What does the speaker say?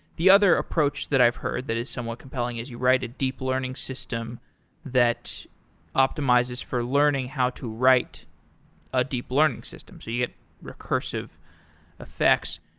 the other approach that i've heard that is somewhat compelling is you write a deep learning system that optimizes for learning how to write a deep learning system. so you you have recursive effects.